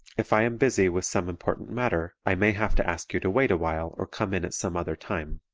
if i am busy with some important matter i may have to ask you to wait awhile or come in at some other time.